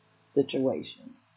situations